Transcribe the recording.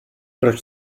proč